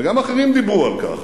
וגם אחרים דיברו על כך.